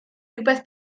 rywbeth